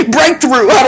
Breakthrough